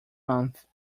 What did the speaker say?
month